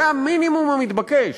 זה המינימום המתבקש,